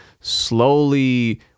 slowly